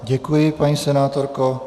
Děkuji vám, paní senátorko.